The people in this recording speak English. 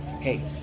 hey